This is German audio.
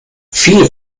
viele